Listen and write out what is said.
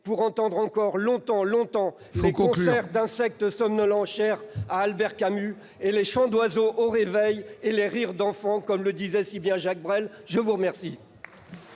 entendre encore longtemps, longtemps les concerts d'insectes somnolents chers à Albert Camus, ainsi que « des chants d'oiseaux au réveil et des rires d'enfants », comme le disait si bien Jacques Brel ! La parole